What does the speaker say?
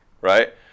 right